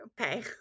Okay